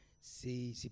c'est